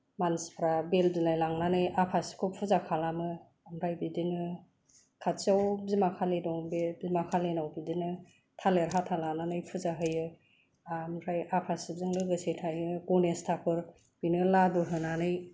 मानसिफ्रा बेल बिलाइ लांनानै आफा शिबखौ फुजा खालामो ओमफ्राय बे बिदिनो खाथियाव बिमा खालि दं बेयो बिमा खालिनाव बिदिनो थालिर हाथा लानानै फुजा होयो ओमफ्राय आफा शिबजों लोगोसे थायो गनेश थाकुर बिनो लादु होनानै